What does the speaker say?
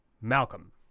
Malcolm